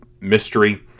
mystery